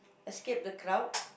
escape the crowd